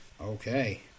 Okay